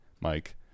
Mike